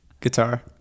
Guitar